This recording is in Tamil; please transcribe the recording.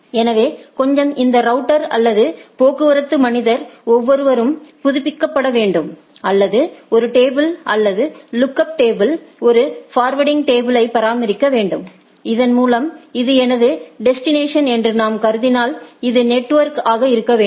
எனவே கொஞ்சம் இந்த ரவுட்டர் அல்லது போக்குவரத்து மனிதர் ஒவ்வொருவரும் புதுப்பிக்கப்பட வேண்டும் அல்லது ஒரு டேபிள் அல்லது லுக்அப் டேபிள் ஒருஃபார்வர்டிங் டேபிளை பராமரிக்க வேண்டும் இதன் மூலம் இது எனது டெஸ்டினேஷன் என்று நாம் கருதினால் இது நெட்வொர்க் ஆக இருக்க வேண்டும்